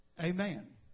Amen